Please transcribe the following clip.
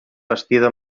bastida